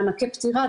מענקי פטירה,